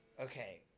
okay